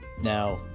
Now